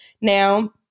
Now